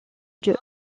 lieu